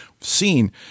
seen